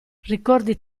ricordi